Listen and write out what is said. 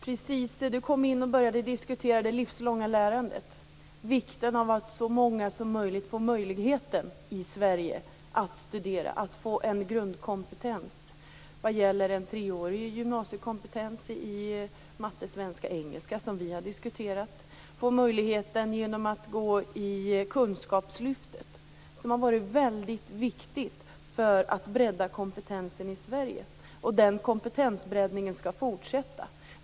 Utbildningsministern började diskutera det livslånga lärandet och vikten av att så många som möjligt i Sverige kan studera och få en grundkompetens - en treårig gymnasiekompetens i matte, svenska och engelska som vi har diskuterat - liksom möjligheten att få gå i kunskapslyftet som har varit väldigt viktigt för att bredda kompetensen i Sverige. Den kompetensbreddningen skall fortsätta.